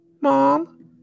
Mom